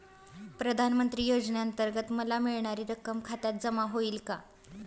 प्रधानमंत्री योजनेअंतर्गत मला मिळणारी रक्कम खात्यात जमा होईल का?